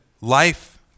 life